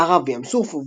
במערב בים סוף,